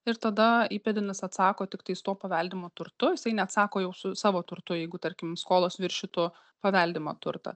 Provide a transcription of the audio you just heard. ir tada įpėdinis atsako tiktais tuo paveldimu turtu jisai neatsako jau su savo turtu jeigu tarkim skolos viršytų paveldimą turtą